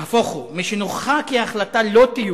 נהפוך הוא, משנוכחה כי ההחלטה לא תיושם,